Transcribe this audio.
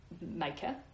maker